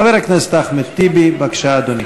חבר הכנסת אחמד טיבי, בבקשה, אדוני.